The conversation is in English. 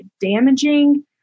damaging